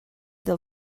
del